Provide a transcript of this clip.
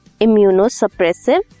Immunosuppressive